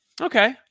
okay